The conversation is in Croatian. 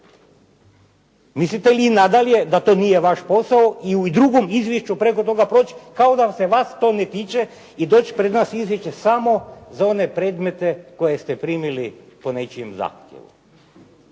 Mislite li nadalje da to nije vaš posao i u drugom izvješću preko toga proći kao da se to vas ne tiče i doći pred nas izvješće samo za one predmete koje ste primili po nečijem zahtjevu.